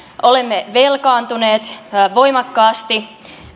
olemme velkaantuneet voimakkaasti